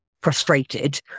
frustrated